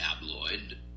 tabloid